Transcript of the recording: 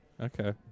Okay